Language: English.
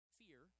fear